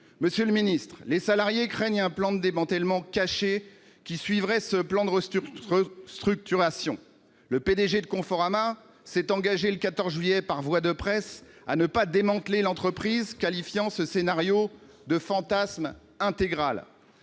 Madame la ministre, les salariés craignent un plan de démantèlement caché qui suivrait le plan de restructuration. Le PDG de Conforama s'est engagé le 14 juillet, par voie de presse, à ne pas démanteler l'entreprise, qualifiant ce scénario de « fantasme intégral